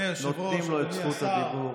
נותנים לו את זכות הדיבור.